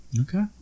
Okay